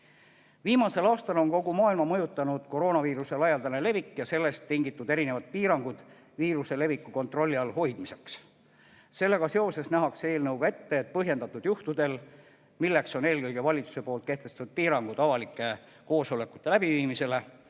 Viimasel aastal on kogu maailma mõjutanud koroonaviiruse laialdane levik ja sellest tingitud erinevad piirangud viiruse leviku kontrolli all hoidmiseks. Sellega seoses nähakse eelnõuga ette, et põhjendatud juhtudel, milleks on eelkõige valitsuse kehtestatud piirangud avalike koosolekute läbiviimisel,